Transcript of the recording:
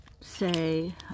say